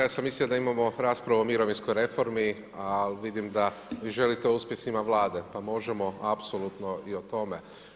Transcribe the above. Ja sam mislio da imamo raspravu o mirovinskoj reformi, ali vidim da vi želite o uspjesima Vlade pa možemo apsolutno i o tome.